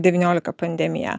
devyniolika pandemiją